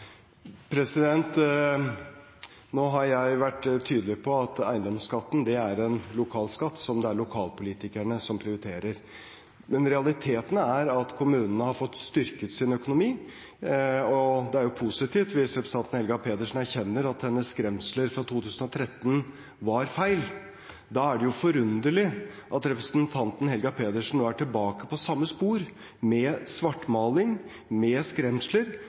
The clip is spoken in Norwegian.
Nå har jeg vært tydelig på at eiendomsskatten er en lokal skatt som det er lokalpolitikerne som prioriterer. Men realiteten er at kommunene har fått styrket sin økonomi, og det er positivt hvis representanten Helga Pedersen erkjenner at hennes skremsler fra 2013 var feil. Da er det forunderlig at representanten Helga Pedersen nå er tilbake på samme spor, med svartmaling, med skremsler,